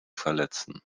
verletzen